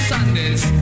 Sundays